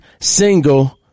single